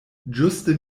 ĝuste